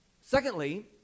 Secondly